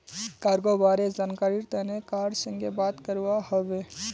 cargo बारे जानकरीर तने कार संगे बात करवा हबे